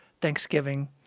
Thanksgiving